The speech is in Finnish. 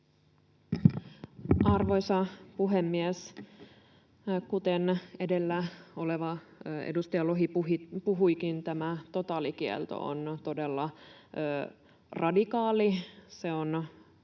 Arvoisa puhemies! Kuten edellä edustaja Lohi puhuikin, tämä totaalikielto on todella radikaali. Se on,